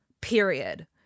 period